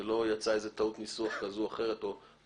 שלא תצא איזו טעות ניסוח כזו או אחרת.